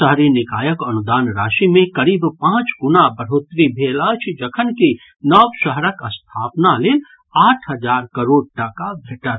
शहरी निकायक अनुदान राशि मे करीब पांच गुना बढ़ोत्तरी भेल अछि जखन कि नव शहरक स्थापना लेल आठ हजार करोड़ टाका भेटत